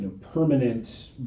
permanent